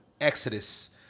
exodus